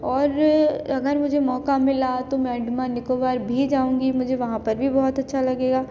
और अगर मुझे मौका मिला तो मै अंडमान निकोबार भी जाऊँगी मुझे वहाँ पर भी बहुत अच्छा लगेगा